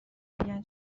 میگن